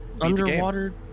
underwater